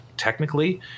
Technically